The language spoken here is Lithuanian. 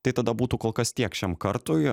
tai tada būtų kol kas tiek šiam kartui